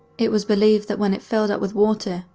it was believed that when it filled up with water,